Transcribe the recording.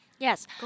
Yes